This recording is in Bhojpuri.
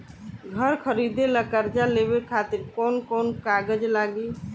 घर खरीदे ला कर्जा लेवे खातिर कौन कौन कागज लागी?